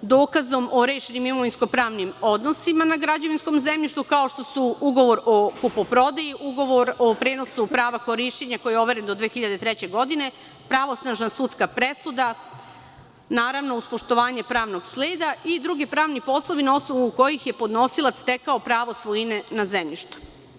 dokazom o rešenim imovinsko-pravnim odnosima na građevinskom zemljištu, kao što su ugovor o kupoprodaji, ugovor o prenosu prava korišćenja koji je overen do 2003. godine, pravosnažna sudska presuda, naravno, uz poštovanje pravnog sleda, kao i drugi pravni poslovi na osnovu kojih je podnosilac stekao pravo svojine na zemljištu.